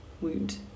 wound